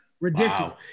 Ridiculous